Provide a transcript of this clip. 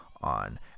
on